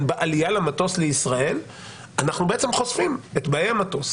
בעלייה למטוס לישראל אנחנו חושפים את באי המטוס